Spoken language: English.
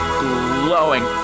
glowing